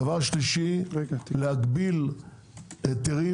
דבר שלישי, להגביל היתרים